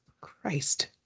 Christ